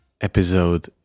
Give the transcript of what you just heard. Episode